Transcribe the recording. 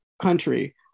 country